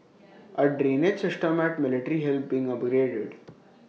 A drainage system at military hill being upgraded